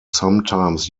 sometimes